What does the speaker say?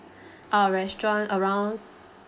our restaurant around